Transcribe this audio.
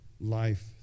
life